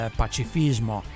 pacifismo